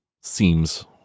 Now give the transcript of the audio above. Seems